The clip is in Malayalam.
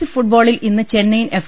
എൽ ഫുട്ബോളിൽ ഇന്ന് ചെന്നൈയിൻ എഫ്